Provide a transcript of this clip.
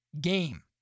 game